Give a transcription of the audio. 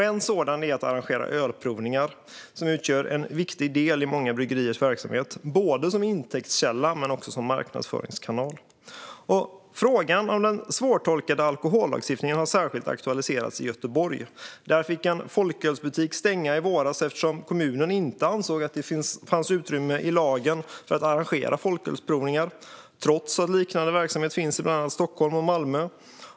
En sådan är att arrangera ölprovningar, vilka utgör en viktig del i många bryggeriers verksamhet, både som intäktskälla och som marknadsföringskanal. Frågan om den svårtolkade alkohollagstiftningen har särskilt aktualiserats i Göteborg. Där fick en folkölsbutik stänga i våras eftersom kommunen inte ansåg att det fanns utrymme i lagen för att arrangera folkölsprovningar trots att liknande verksamhet finns i bland annat Stockholm och Malmö.